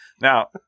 Now